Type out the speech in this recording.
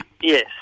Yes